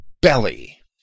belly